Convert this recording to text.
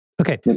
Okay